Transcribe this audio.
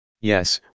Yes